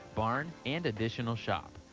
barn and additional shop.